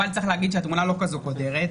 אבל צריך להגיד שהתמונה לא כזאת קודרת.